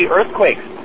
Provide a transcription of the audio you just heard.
Earthquakes